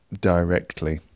directly